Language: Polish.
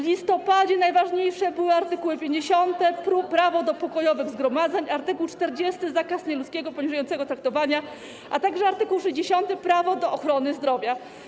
W listopadzie najważniejsze były art. 50 - prawo do pokojowych zgromadzeń, art. 40 - zakaz nieludzkiego lub poniżającego traktowania, a także art. 60 - prawo do ochrony zdrowia.